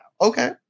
Okay